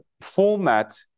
format